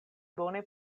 bone